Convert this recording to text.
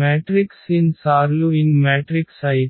matrix n×n matrix అయితే